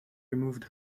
removed